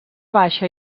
baixa